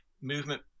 movement